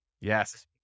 Yes